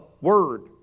word